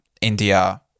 india